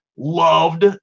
loved